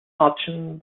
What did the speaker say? option